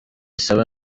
isaba